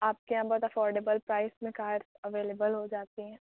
آپ کے یہاں بہت افورڈیبل پرائس میں کار اولیبل ہو جاتی ہیں